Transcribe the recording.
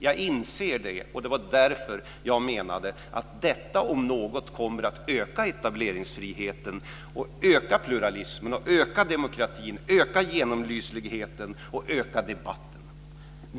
Jag inser det, och det var därför som jag menade att detta om något kommer att öka etableringsfriheten, pluralismen, demokratin, genomlysligheten och debatten.